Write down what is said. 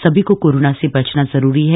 सभी को कोरोना से बचना जरूरी है